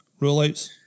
Rollouts